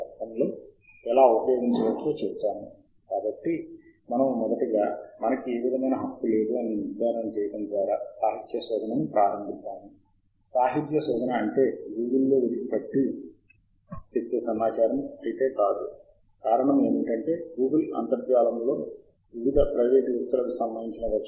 సభ్యత్వం తరచుగా రెండు రీతుల్లో వస్తుంది ఒకటి ఐపి చిరునామా ద్వారా ఇలా అయితే అన్ని కనెక్షన్లు కంటెంట్ కోసం గౌరవించబడతాయి లేదా రోమింగ్ లాగిన్ రోమింగ్ లాగిన్ ద్వారా అయితే వినియోగదారు పేరు మరియు పాస్వర్డ్ గ్రంధాలయ అధికారి ద్వారా అందించబడుతుంది